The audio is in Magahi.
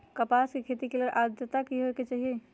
कपास के खेती के लेल अद्रता की होए के चहिऐई?